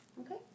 Okay